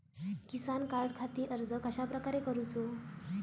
किसान कार्डखाती अर्ज कश्याप्रकारे करूचो?